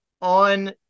on